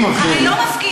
הרי לא מפקיעים.